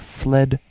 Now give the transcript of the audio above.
fled